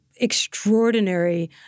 extraordinary